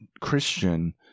Christian